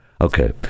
okay